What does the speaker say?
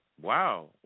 Wow